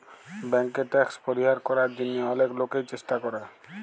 ব্যাংকে ট্যাক্স পরিহার করার জন্যহে অলেক লোকই চেষ্টা করে